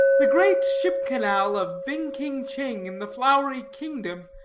the great ship-canal of ving-king-ching, in the flowery kingdom,